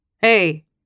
Hey